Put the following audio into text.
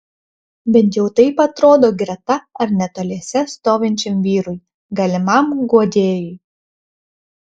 bent jau taip atrodo greta ar netoliese stovinčiam vyrui galimam guodėjui